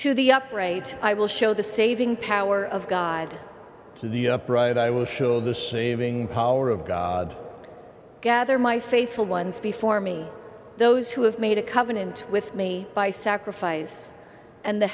to the upgrade i will show the saving power of god in the pride i will show the seeming power of god gather my faithful ones before me those who have made a covenant with me by sacrifice and the